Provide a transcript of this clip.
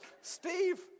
Steve